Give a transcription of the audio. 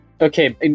Okay